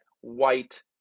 white